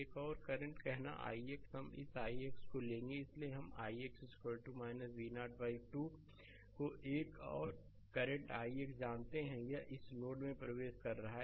एक और करंट कहना ix हम इस ix को लेंगे इसलिए हम ix V0 2 को एक और करंट ix जानते हैं यह इस नोड में प्रवेश कर रहा है